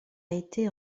été